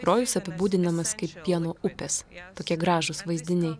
rojus apibūdinamas kaip pieno upės tokie gražūs vaizdiniai